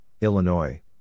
Illinois